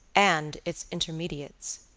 and its intermediates.